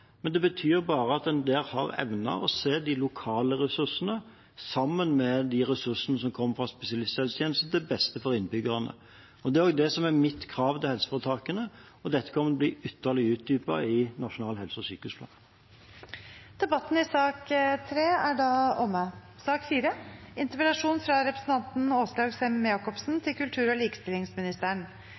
det betyr bare at en der har evnet å se de lokale ressursene sammen med ressursene som kommer fra spesialisthelsetjenesten – til beste for innbyggerne. Det er det som er mitt krav til helseforetakene, og dette kommer til å bli ytterligere utdypet i Nasjonal helse- og sykehusplan. Debatten i sak nr. 3 er dermed omme. Jeg var skikkelig glad for internettet da det kom. Det var en fantastisk mulighet og